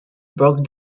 broke